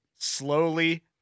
slowly